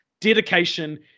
dedication